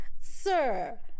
sir